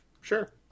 Sure